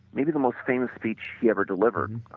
maybe the most famous speech he ever delivered